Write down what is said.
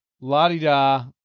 La-di-da